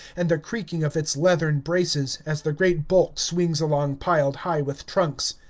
and the creaking of its leathern braces, as the great bulk swings along piled high with trunks.